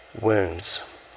wounds